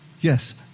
Yes